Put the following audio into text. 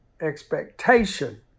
expectation